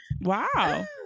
Wow